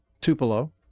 Tupelo